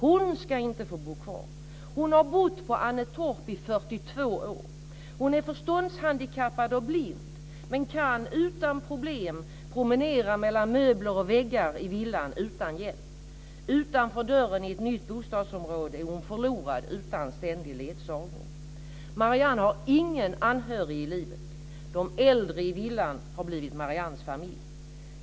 Hon ska inte få bo kvar. Hon har bott på Annetorp i 42 år. Hon är förståndshandikappad och blind, men kan utan problem promenera mellan möbler och väggar i villan utan hjälp. Utanför dörren i ett nytt bostadsområde är hon förlorad utan ständig ledsagning. Marianne har ingen anhörig i livet. De äldre i villan har blivit Mariannes familj.